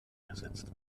ersetzt